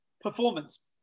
performance